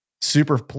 super